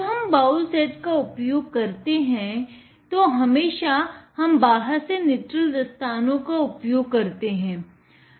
जब हम bowl set का उपयोग करते हैं तो हमेशा हम बाहर से निट्रिल दस्तानो का उपयोग करते हैं